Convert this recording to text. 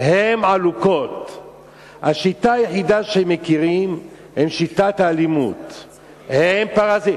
הם "עלוקות"; "השיטה היחידה שהם מכירים היא שיטת האלימות"; הם "פרזיטים".